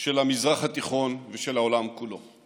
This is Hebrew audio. של המזרח התיכון ושל העולם כולו.